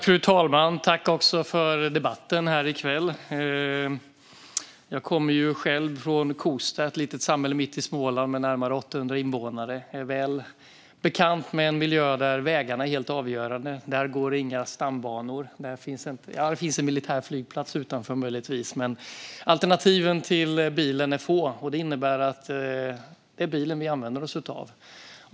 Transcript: Fru talman! Jag tackar också för debatten i kväll. Jag kommer själv från Kosta, ett litet samhälle mitt i Småland med närmare 800 invånare. Jag är väl bekant med en miljö där vägarna är helt avgörande. Där går inga stambanor. Ja, det finns en militär flygplats, men alternativen till bilen är få. Det innebär att det är bilen vi använder oss av.